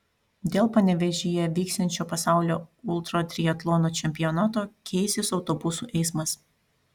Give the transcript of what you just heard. dėl panevėžyje vyksiančio pasaulio ultratriatlono čempionato keisis autobusų eismas